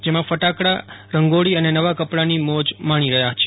જેમાં ફટાકડા રંગોળી અને નવા કપડાની મોજ માણી રહ્યા છે